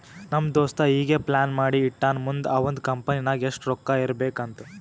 ನಮ್ ದೋಸ್ತ ಈಗೆ ಪ್ಲಾನ್ ಮಾಡಿ ಇಟ್ಟಾನ್ ಮುಂದ್ ಅವಂದ್ ಕಂಪನಿ ನಾಗ್ ಎಷ್ಟ ರೊಕ್ಕಾ ಇರ್ಬೇಕ್ ಅಂತ್